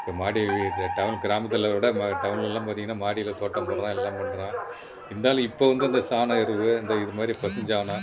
இப்போ மாடி வீடு டவுன் கிராமத்தில் விட ம டவுன்லெலாம் பார்த்தீங்கன்னா மாடியில் தோட்டம் போடுறோம் எல்லாம் பண்ணுறோம் இருந்தாலும் இப்போ வந்து இந்த சாண எரு அந்த இதுமாதிரி பசுஞ்சாணம்